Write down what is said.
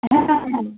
হ্যাঁ হ্যাঁ হ্যাঁ